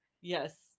Yes